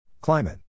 Climate